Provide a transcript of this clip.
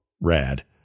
rad